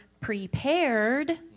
prepared